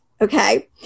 Okay